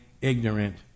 ignorant